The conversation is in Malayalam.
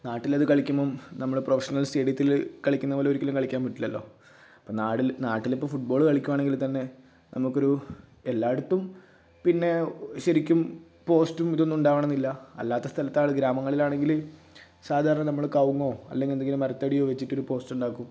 നാട്ടിലത് കളിക്കുമ്പം നമ്മുടെ പ്രൊഫെഷണൽ സ്റ്റേഡിയത്തിൽ കളിക്കുന്ന പോലെ ഒരിക്കലും കളിയ്ക്കാൻ പറ്റില്ലല്ലോ ഇപ്പം നാട്ടിൽ നാട്ടിലിപ്പം ഫുട്ബോൾ കളിക്കുകയാണെങ്കിൽ തന്നെ നമുക്കൊരു എല്ലായിടത്തും പിന്നെ ശരിക്കും പോസ്റ്റും ഇതൊന്നും ഉണ്ടാകണമെന്നില്ല അല്ലാത്ത സ്ഥലത്താണ് ഗ്രാമങ്ങളിലാണെങ്കിൽ സാധാരണ നമ്മൾ കവുങ്ങോ അലെങ്കിൽ എന്തെങ്കിലും മരത്തടിയോ വെച്ചിട്ടൊരു പോസ്റ്റുണ്ടാക്കും